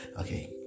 okay